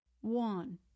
One